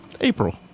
April